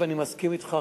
ואני מסכים אתך,